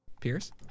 Pierce